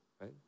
right